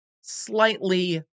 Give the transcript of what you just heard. slightly